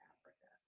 Africa